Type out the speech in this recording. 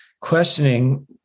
questioning